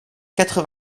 quatre